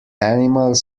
animals